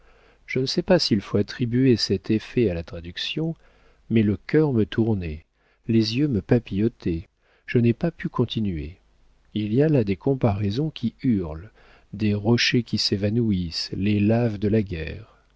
je ne sais pas s'il faut attribuer cet effet à la traduction mais le cœur me tournait les yeux me papillotaient je n'ai pas pu continuer il y a là des comparaisons qui hurlent des rochers qui s'évanouissent les laves de la guerre